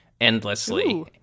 endlessly